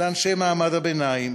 לאנשי מעמד הביניים,